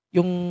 Yung